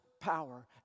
power